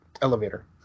elevator